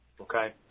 okay